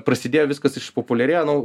prasidėjo viskas išpopuliarėjo nu